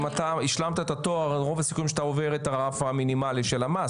אם אתה השלמת את התואר רוב הסיכויים שאתה עובר את הרף המינימלי של המס.